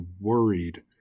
worried